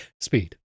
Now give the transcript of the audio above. speed